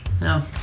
No